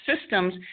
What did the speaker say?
systems